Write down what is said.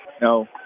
No